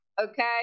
okay